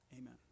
amen